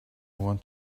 want